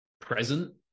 present